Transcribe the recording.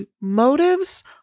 motives